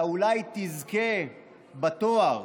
אתה אולי תזכה בתואר,